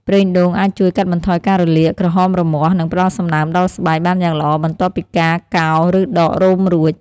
ប្រេងដូងអាចជួយ កាត់បន្ថយការរលាក ក្រហមរមាស់ និង ផ្ដល់សំណើមដល់ស្បែក បានយ៉ាងល្អ បន្ទាប់ពីការកោរ ឬដករោមរួច។